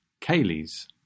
Kaylee's